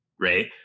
Right